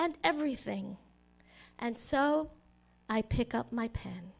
and everything and so i pick up my p